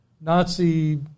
Nazi